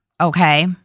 Okay